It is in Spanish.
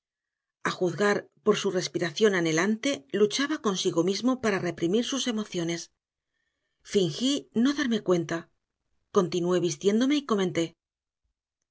lecho a juzgar por su respiración anhelante luchaba consigo mismo para reprimir sus emociones fingí no darme cuenta continué vistiéndome y comenté